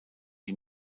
die